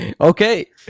Okay